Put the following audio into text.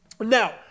Now